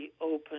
open